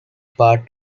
part